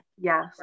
Yes